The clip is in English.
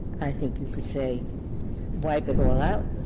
i think you could say wipe it all out,